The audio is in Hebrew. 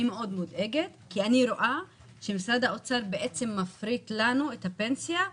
אני מאוד מודאגת כי אני רואה שמשרד האוצר מפריט לנו את הפנסיה,